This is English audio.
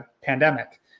pandemic